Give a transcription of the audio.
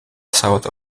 south